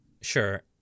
sure